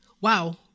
wow